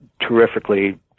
terrifically